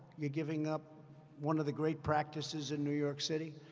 you're giving up one of the great practices in new york city.